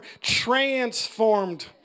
transformed